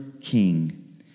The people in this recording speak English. king